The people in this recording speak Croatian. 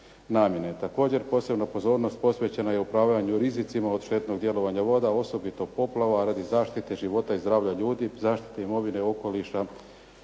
Također, posebna pozornost posvećena je upravljanju rizicima od štetnog djelovanja voda, osobito poplava radi zaštite života i zdravlja ljudi, zaštite imovine, okoliša,